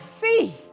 see